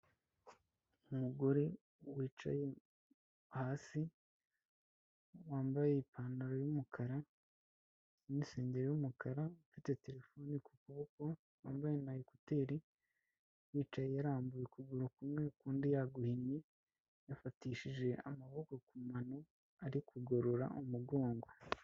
umugore wicaye hasi wambaye ipantaro y'umukara n'isengeri y'umukara ufite terefone ku kuboko yambaye na ekuteri, yicaye yarambuye ukuguru kumwe ukundi yaguhinnye yafatishije amaboko ku mano ari kugorora umugongo.